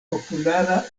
populara